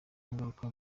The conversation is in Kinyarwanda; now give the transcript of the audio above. ngaruka